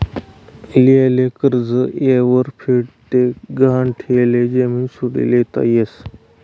लियेल कर्ज येयवर फेड ते गहाण ठियेल जमीन सोडी लेता यस